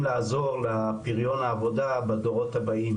לעזור לפריון העבודה בדורות הבאים,